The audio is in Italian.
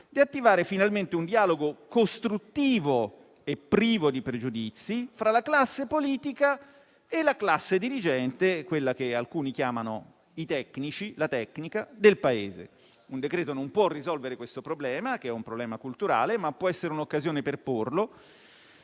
di attivare finalmente un dialogo costruttivo e privo di pregiudizi tra la classe politica e la classe dirigente, che alcuni chiamano la classe tecnica del Paese. Un decreto-legge non può risolvere questo problema - che è culturale - ma può essere un'occasione per porlo,